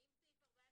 האם סעיף 14(3)